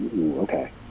Okay